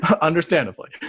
understandably